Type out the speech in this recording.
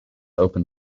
open